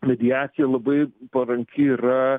mediacija labai paranki yra